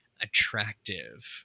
attractive